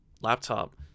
laptop